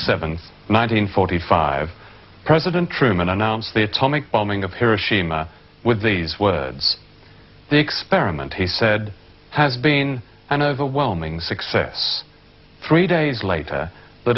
seventh nineteen forty five president truman announced the atomic bombing of hiroshima with these words the experiment he said has been an overwhelming success three days later the